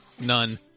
None